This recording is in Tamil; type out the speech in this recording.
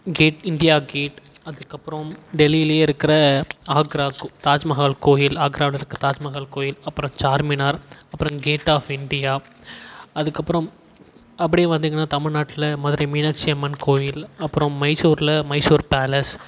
கேட் இந்தியா கேட் அதுக்கப்புறம் டெல்லியிலையே இருக்கிற ஆக்ரா கு தாஜ்மஹால் கோயில் ஆக்ராவில் இருக்க தாஜ்மஹால் கோயில் அப்புறம் சார்மினார் அப்புறம் கேட் ஆஃப் இன்டியா அதுக்கப்புறம் அப்படியே வந்தீங்கன்னால் தமிழ்நாட்டில மதுரை மீனாட்சி அம்மன் கோயில் அப்புறம் மைசூர்ல மைசூர் பேலஸ்